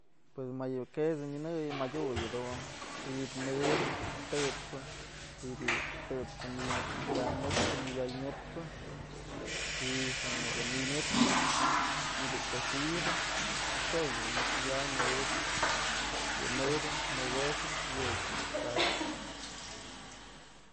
Pues mayë quesë minëyën madyu yëdun ji'ib nëbë, tët's pë, ji'i bi'i tët's pë ni'iy kyan mëtpë, ni'iwyay mëtpë, ji'i ja nëkë nimyëdpë, ji'i bi'i quesillo bë, pues juech dun mas okyanyë jawëp yë nëbë, në quesë yëch dun nëkë kabyë.